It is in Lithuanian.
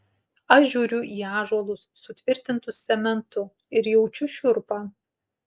aš žiūriu į ąžuolus sutvirtintus cementu ir jaučiu šiurpą